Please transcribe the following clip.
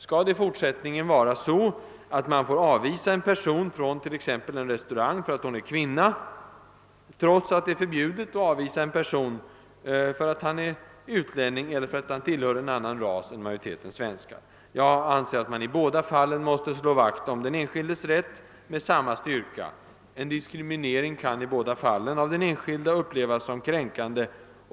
Skall det i fortsättningen vara så att man får avvisa en person från t.ex. en restaurang för att hon är kvinna, trots att det är förbjudet att avvisa en person för att han är utlänning eller tillhör en annan ras än majoriteten svenskar? Jag anser att man med samma styrka måste slå vakt om den enskildes rätt i båda dessa fall. En diskriminering kan i båda fallen av den enskilde upplevas som kränkande.